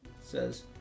says